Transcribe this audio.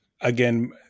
again